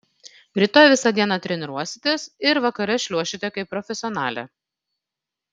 rytoj visą dieną treniruositės ir vakare šliuošite kaip profesionalė